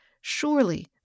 Surely